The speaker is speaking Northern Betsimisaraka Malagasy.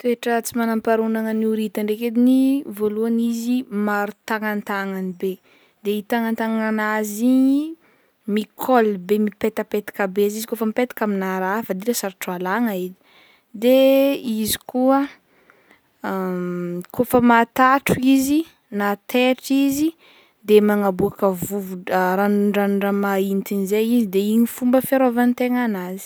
Toetra tsy manampaharoa anagnan'ny horita ndraiky ediny vôlohany izy maro tagnatagnany be de i tagnatagnanazy i micolle be mipetapetaka be zay izy kaofa mipetaka amina raha fa dila sarotra alagna i de izy koa kaofa matahotro izy na taitra izy de magnaboaka vovo- ranondranondraha maitigny zay izy de igny fomba fiarovantegnanazy.